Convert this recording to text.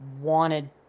wanted